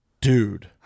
Dude